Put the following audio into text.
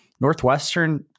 Northwestern